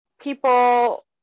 people